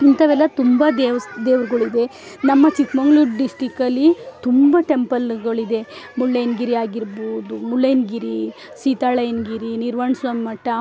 ಇಂಥವೆಲ್ಲ ತುಂಬ ದೇವಸ್ಥಾ ದೇವರುಗಳಿದೆ ನಮ್ಮ ಚಿಕ್ಕಮಗಳೂರು ಡಿಸ್ಟಿಕಲ್ಲಿ ತುಂಬ ಟೆಂಪಲ್ಗಳಿದೆ ಮುಳ್ಳಯ್ಯನಗಿರಿ ಆಗಿರಬೌದು ಮುಳ್ಳಯ್ಯನಗಿರಿ ಸೀತಾಳಯ್ಯನಗಿರಿ ನಿರ್ವಾಣಸ್ವಾಮಿ ಮಠ